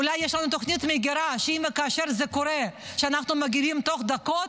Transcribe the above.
אולי יש לנו תוכנית מגירה שאם וכאשר זה קורה אנחנו מגיבים תוך דקות,